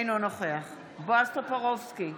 אינו נוכח בועז טופורובסקי,